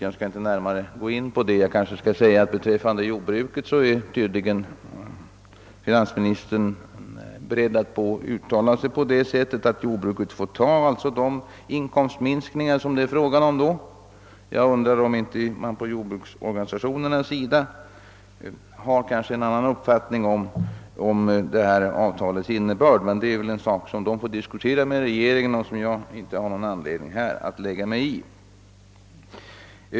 Jag skall inte närmare gå in på det, men beträffande jordbruket anser tydligen finansministern att jordbrukarna får acceptera de inkomst minskningar som det kan bli fråga om. Jag undrar om inte jordbruksorganisationerna har en annan åsikt om avtalets innebörd, men den saken får väl bli en angelägenhet mellan dem och regeringen.